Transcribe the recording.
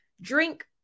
Drink